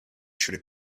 should